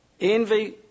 Envy